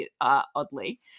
oddly